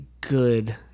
good